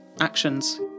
actions